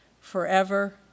forever